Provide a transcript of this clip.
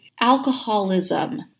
alcoholism